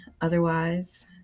Otherwise